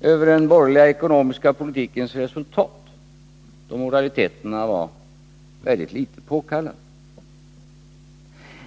över den borgerliga ekonomiska politikens resultat var mycket litet påkallade.